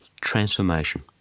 transformation